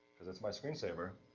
cause it's my screensaver.